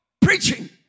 preaching